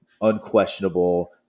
unquestionable